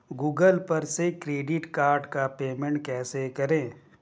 Google पर से credit card का पेमेंट कैसे करें?